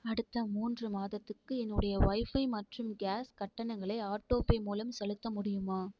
அடுத்த மூன்று மாதத்துக்கு என்னுடைய ஒய்ஃபை மற்றும் கேஸ் கட்டணங்களை ஆட்டோபே மூலம் செலுத்த முடியுமா